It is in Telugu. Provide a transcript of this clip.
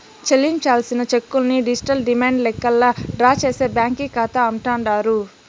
చెల్లించాల్సిన చెక్కుల్ని డిజిటల్ డిమాండు లెక్కల్లా డ్రా చేసే బ్యాంకీ కాతా అంటాండారు